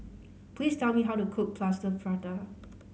please tell me how to cook Plaster Prata